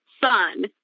son